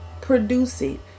producing